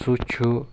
سُہ چھُ